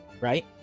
right